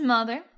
Mother